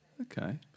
Okay